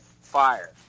fire